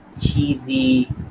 cheesy